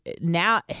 now